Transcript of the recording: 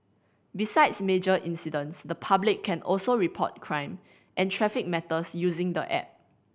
besides major incidents the public can also report crime and traffic matters using the app